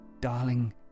Darling